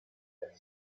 that